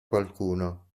qualcuno